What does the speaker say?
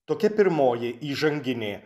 tokia pirmoji įžanginė